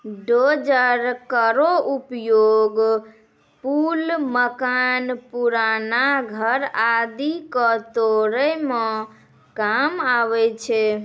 dozer केरो उपयोग पुल, मकान, पुराना घर आदि क तोरै म काम आवै छै